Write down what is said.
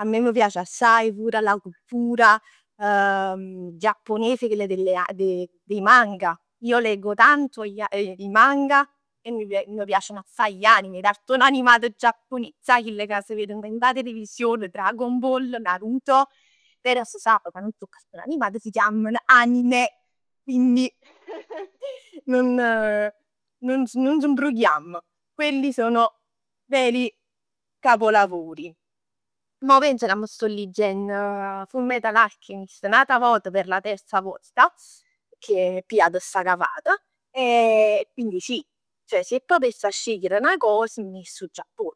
A me m' piace assaje pure la cultura giapponese chell delle, dei manga. Io leggo tanto i manga e m'piaceno assaje gli anime, i cartoni animati giappones ja, chill ca s'veren dint 'a television: Dragon Ball, Naruto. Però s' sap ca nun so cartoni animati, s'chiaman anime. Quindi non, nun c'mbrugliamm. Quelli sono veri capolavori. Mo pens ca m'sto leggenn Fullmetal Alchemist, n'ata vot per la terza volta, pecchè m'è pigliat sta capat. E quindi sì, si proprj avess scegliere 'na cos me ne jess 'o Giappon,